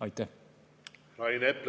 Aitäh! No see